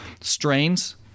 strains